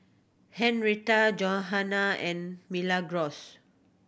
Henrietta Johana and Milagros